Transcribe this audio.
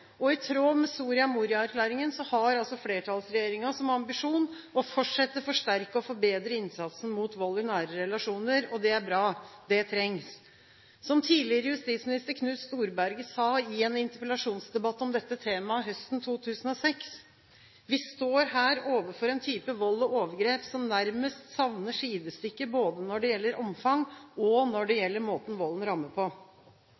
og i tråd med Soria Moria-erklæringen har flertallsregjeringen som ambisjon å fortsette, forsterke og forbedre innsatsen mot vold i nære relasjoner. Det er bra. Det trengs. Som tidligere justisminister Knut Storberget sa i en interpellasjonsdebatt om dette temaet høsten 2006, at «vi her står overfor en type vold og overgrep, som nærmest savner sidestykke både når det gjelder omfang og når det gjelder måten volden rammer på».